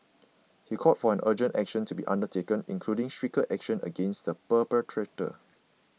he called for an urgent action to be undertaken including stricter action against the perpetrators